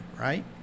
right